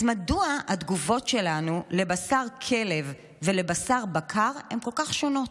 אז מדוע התגובות שלנו לבשר כלב ולבשר בקר הן כל כך שונות?